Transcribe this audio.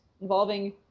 involving